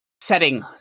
setting